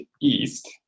East